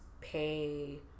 pay